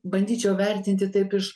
bandyčiau vertinti taip iš